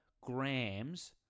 grams